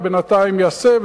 ובינתיים יעשה,